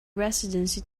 residency